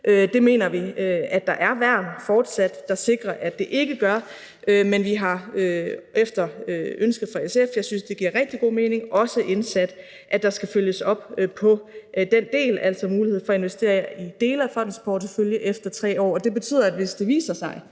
Vi mener, at der fortsat er værn, der sikrer, at det ikke gør, men vi har efter ønske fra SF – og jeg synes, det giver rigtig god mening – også indsat, at der skal følges op på den del, altså mulighed for at investere i dele af fondens portefølje efter 3 år. Det betyder, at hvis det viser sig,